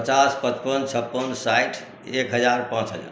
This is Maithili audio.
पचास पचपन छप्पन साठि एक हजार पाँच हजार